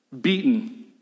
beaten